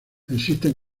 existen